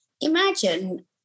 imagine